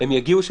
הם יגיעו?